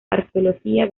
arqueología